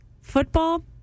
football